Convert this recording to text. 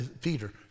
Peter